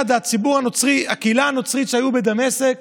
הציבור הנוצרי, הקהילה הנוצרית שהייתה בדמשק